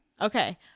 Okay